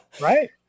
Right